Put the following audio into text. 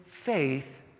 faith